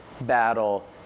battle